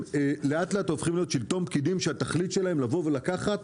לאט-לאט הופכים להיות שלטון פקידים שהתכלית שלהם היא לבוא ולקחת,